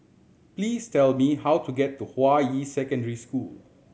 please tell me how to get to Hua Yi Secondary School